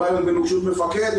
יכולה להיות בנגישות מפקד.